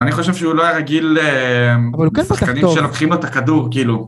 אני חושב שהוא לא היה רגיל... אבל הוא כן פתח טוב. משחקנים שלוקחים לו את הכדור, כאילו.